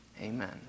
Amen